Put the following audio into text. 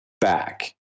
back